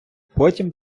потім